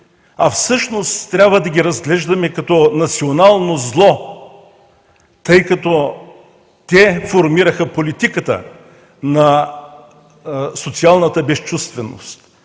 Всъщност трябва да ги разглеждаме като национално зло, тъй като те формираха политиката на социалната безчувственост,